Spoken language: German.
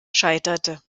scheiterte